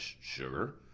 sugar